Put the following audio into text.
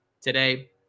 today